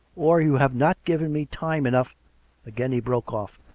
or you have not given me time enough again he broke off,